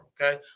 okay